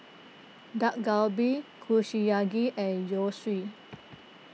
Dak Galbi Kushiyaki and Zosui